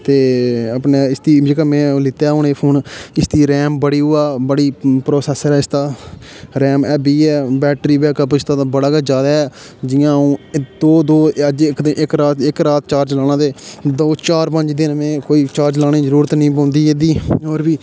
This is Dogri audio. ते अपने इस दी जेह्का में हून एह् फोन इसदी रैम बड़ी प्रोसेसर ऐ इसदा रैम हेवी ऐ बैटरी बैकअप ते इसदा बड़ा गै जादा ऐ जि'यां अ'ऊं इक दौ अज्ज ते इक रात चार्ज लाना ते दौ चार पंज दिन में कोई चार्ज लाने दी जरूरत गै निं पौंदी ऐ एह्दी ते होर बी